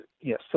Yes